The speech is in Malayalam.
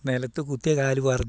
നിലത്ത് കുത്തിയ കാല് പറിഞ്ഞ്